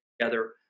together